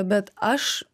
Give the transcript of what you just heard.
bet aš